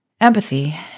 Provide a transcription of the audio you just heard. Empathy